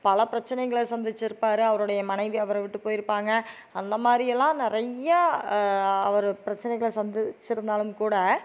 பல பிரச்சனைகளை சந்திச்சிருப்பாரு அவருடைய மனைவி அவரை விட்டு போயிருப்பாங்க அந்தமாதிரி எல்லாம் நிறையா அவரு பிரச்சனைகளை சந்திச்சிருந்தாலும் கூட